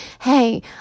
hey